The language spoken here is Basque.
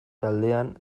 taldean